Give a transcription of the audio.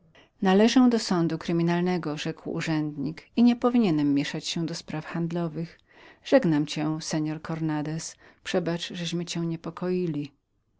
należę do sądu kryminalnego rzekł urzędnik i nie powinienem mieszać się do spraw handlowych żegnam cię seor cornandez przebacz żeśmy cię niespokoili